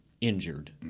injured